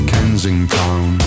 Kensington